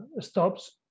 stops